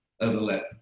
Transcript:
overlap